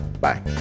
Bye